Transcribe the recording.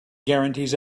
guarantees